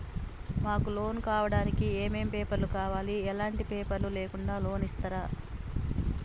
మాకు లోన్ కావడానికి ఏమేం పేపర్లు కావాలి ఎలాంటి పేపర్లు లేకుండా లోన్ ఇస్తరా?